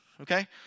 okay